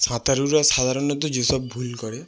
সাঁতারুরা সাধারণত যেসব ভুল করে